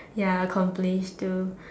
ya complain still